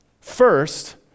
First